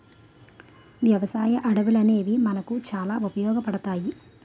వ్యవసాయ అడవులనేవి మనకు చాలా ఉపయోగపడతాయి